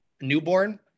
newborn